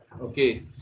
okay